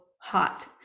hot